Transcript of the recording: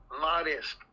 modest